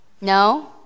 No